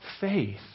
faith